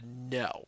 No